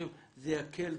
זה יקל.